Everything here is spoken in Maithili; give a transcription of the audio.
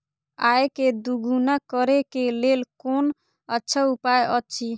आय के दोगुणा करे के लेल कोन अच्छा उपाय अछि?